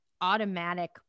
automatic